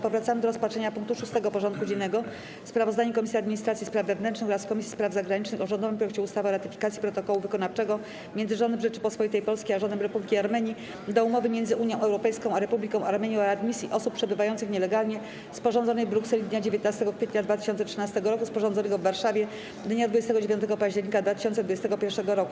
Powracamy do rozpatrzenia punktu 6. porządku dziennego: Sprawozdanie Komisji Administracji i Spraw Wewnętrznych oraz Komisji Spraw Zagranicznych o rządowym projekcie ustawy o ratyfikacji Protokołu Wykonawczego między Rządem Rzeczypospolitej Polskiej a Rządem Republiki Armenii do Umowy między Unią Europejską a Republiką Armenii o readmisji osób przebywających nielegalnie, sporządzonej w Brukseli dnia 19 kwietnia 2013 roku, sporządzonego w Warszawie dnia 29 października 2021 roku.